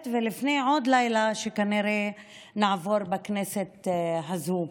ולפני עוד לילה שכנראה נעבור בכנסת הזו,